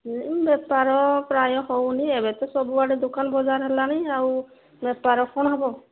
ବେପାର ପ୍ରାୟ ହେଉନି ଏବେ ତ ସବୁଆଡ଼େ ଦୋକାନ ବଜାର ହେଲାଣି ଆଉ ବେପାର କ'ଣ ହେବ